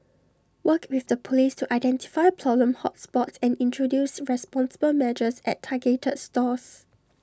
work with the Police to identify problem hot spots and introduce responsible measures at targeted stores